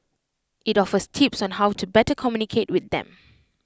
IT offers tips on how to better communicate with them